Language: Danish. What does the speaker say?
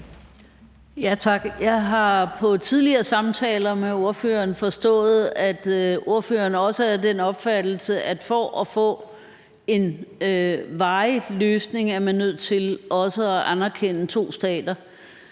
Jeg har i tidligere samtaler med ordføreren forstået, at ordføreren også er af den opfattelse, at for at få en varig løsning er man nødt til også at anerkende to stater.